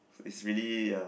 it's really uh